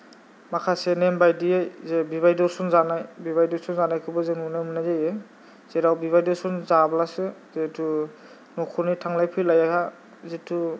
माखासे नेम बादियै बिबियाय दुसुन जानाय बिबियाय दुसुन जानायखौबो जों नुनो मोननाय जायो जेराव बिबियाय दुसुन जाब्लासो जितु नख'रनि थांलाय फैलाया जितु